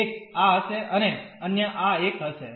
એક આ હશે અને અન્ય આ એક હશે